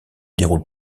déroule